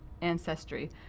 ancestry